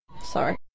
Sorry